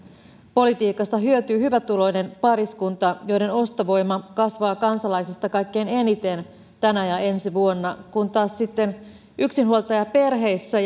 politiikasta hyötyy hyvätuloinen pariskunta jonka ostovoima kasvaa kansalaisista kaikkein eniten tänä ja ensi vuonna kun taas sitten yksinhuoltajaperheissä